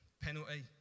penalty